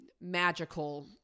magical